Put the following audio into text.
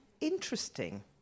interesting